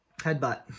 Headbutt